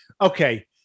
Okay